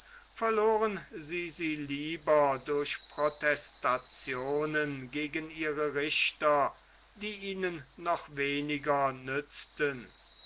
verloren sie sie lieber durch protestationen gegen ihre richter die ihnen noch weniger nützten